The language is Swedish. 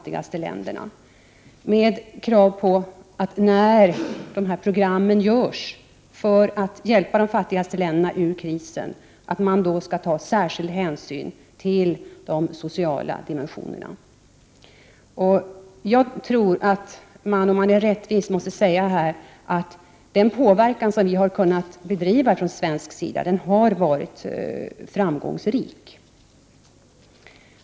1988/89:99 särskild hänsyn till de fattigaste länderna och till de sociala dimensionerna 19 april 1989 när dessa program görs för att hjälpa de fattigaste länderna ur krisen. Om man är rättvis tror jag att man måste se att den påverkan som vi från svensk sida har åstadkommit har varit framgångsrik.